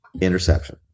Interception